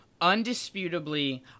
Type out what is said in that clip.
undisputably